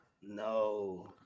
No